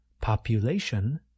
population